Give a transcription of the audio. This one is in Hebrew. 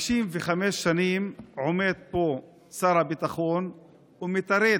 55 שנים עומד פה שר הביטחון ומתרץ: